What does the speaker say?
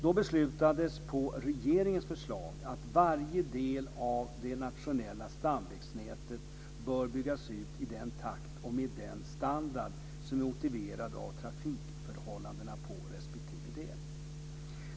Då beslutades på regeringens förslag att varje del av det nationella stamvägnätet bör byggas ut i den takt och med den standard som är motiverad av trafikförhållandena på respektive del.